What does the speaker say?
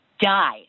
die